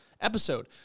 episode